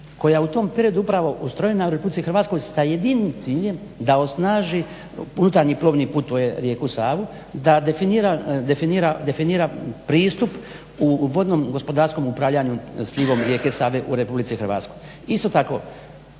koja je u tom periodu upravo ustrojena u Republici Hrvatskoj sa jedinim ciljem da osnaži unutarnji plovni put, to je rijeku Savu, da definira pristup u vodnom gospodarskom upravljanju slivom rijeke Save u Republici Hrvatskoj. Isto tako,